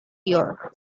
year